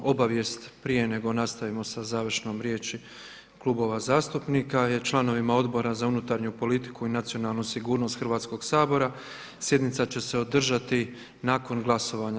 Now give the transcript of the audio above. Obavijest prije nego nastavimo sa završnom riječi klubova zastupnika je članovima Odbora za unutarnju politiku i nacionalnu sigurnost Hrvatskoga sabora – sjednica će se održati nakon glasovanja.